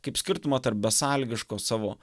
kaip skirtumą tarp besąlygiško savo